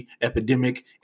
epidemic